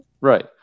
Right